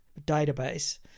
database